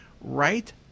right